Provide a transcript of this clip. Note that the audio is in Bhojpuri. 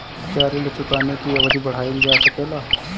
क्या ऋण चुकाने की अवधि बढ़ाईल जा सकेला?